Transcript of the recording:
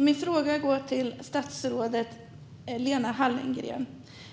Min fråga går till statsrådet Lena Hallengren.